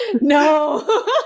No